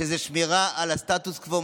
וזה שמירה על הסטטוס קוו,